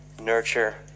nurture